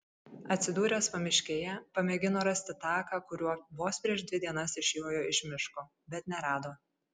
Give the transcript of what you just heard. atsidūręs pamiškėje pamėgino rasti taką kuriuo vos prieš dvi dienas išjojo iš miško bet nerado